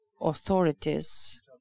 authorities